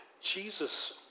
Jesus